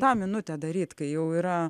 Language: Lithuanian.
tą minutę daryt kai jau yra